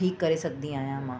ठीकु करे सघंदी आहियां मां